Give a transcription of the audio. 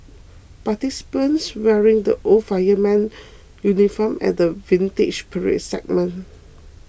participants wearing the old fireman's uniform at the Vintage Parade segment